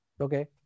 okay